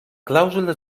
clàusula